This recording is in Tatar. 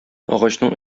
агачның